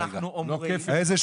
אנחנו אומרים,